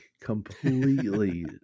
completely